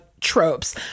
tropes